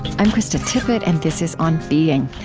i'm krista tippett, and this is on being.